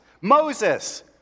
Moses